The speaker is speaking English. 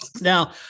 now